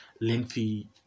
lengthy